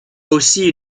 aussi